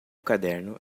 caderno